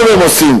טוב הם עושים.